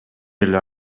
эле